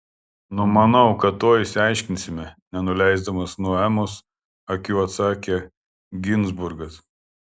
numanau kad tuoj išsiaiškinsime nenuleisdamas nuo emos akių atsakė ginzburgas